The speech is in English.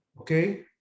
Okay